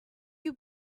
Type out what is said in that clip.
you